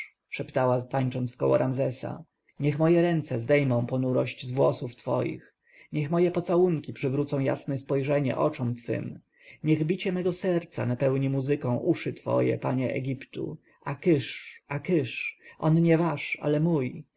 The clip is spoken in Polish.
szeptała tańcząc wkoło ramzesa niech moje ręce zdejmą ponurość z włosów twoich niech moje pocałunki przywrócą jasne spojrzenie oczom twym niech bicie mego serca napełni muzyką uszy twoje panie egiptu a kysz a kysz on nie wasz ale mój